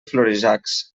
florejacs